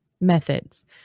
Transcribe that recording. methods